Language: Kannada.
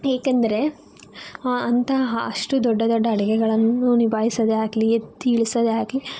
ಏಕೆಂದರೆ ಅಂತಹ ಅಷ್ಟು ದೊಡ್ಡ ದೊಡ್ಡ ಅಡುಗೆಗಳನ್ನು ನಿಭಾಯಿಸೋದೇ ಆಗಲಿ ಎತ್ತಿ ಇಳಿಸೋದೇ ಆಗಲಿ